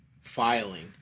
Filing